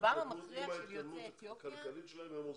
עם ההתקדמות הכלכלית שלהם הם עוזבים,